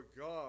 God